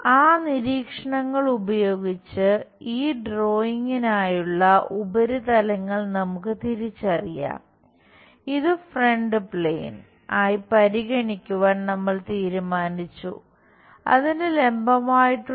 ആ നിരീക്ഷണങ്ങൾ ഉപയോഗിച്ച് ഈ ഡ്രോയിംഗിനായുള്ള